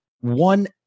one